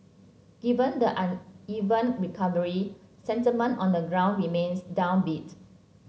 given the uneven recovery sentiment on the ground remains downbeat